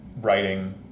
writing